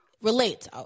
relate